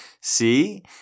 See